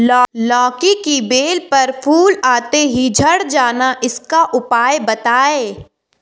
लौकी की बेल पर फूल आते ही झड़ जाना इसका उपाय बताएं?